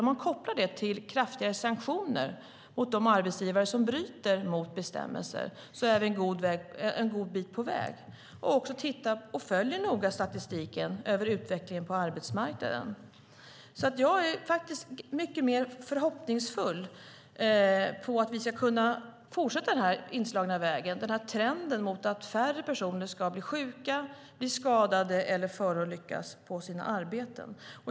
Om vi kopplar det till kraftigare sanktioner mot de arbetsgivare som bryter mot bestämmelser är vi en god bit på väg, liksom om vi följer statistiken över utvecklingen på arbetsmarknaden noga. Jag är mycket mer förhoppningsfull om att vi ska kunna fortsätta på den här inslagna vägen, den här trenden mot att färre personer ska bli sjuka, skadade eller förolyckas på sina arbeten.